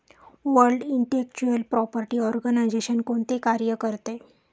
World intellectual property organization कोणते कार्य करते?